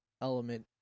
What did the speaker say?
element